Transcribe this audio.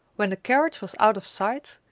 when the carriage was out of sight,